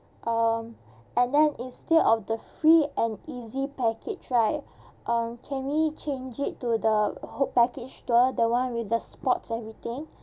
um and then instead of the free and easy package right um can we change it to the who~ package tour the one with the sports everything